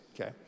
Okay